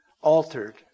altered